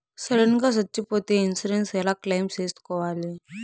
Sudden గా సచ్చిపోతే insurance ఎలా క్లెయిమ్ సేసుకోవాలి?